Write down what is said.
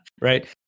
Right